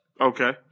Okay